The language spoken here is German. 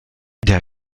der